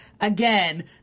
again